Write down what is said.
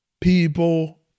People